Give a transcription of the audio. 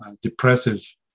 depressive